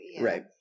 Right